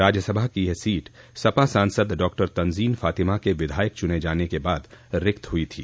राज्यसभा की यह सीट सपा सांसद डॉक्टर तंजीन फातिमा के विधायक चुने जाने के बाद रिक्त हुई थी